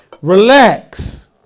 Relax